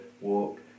walk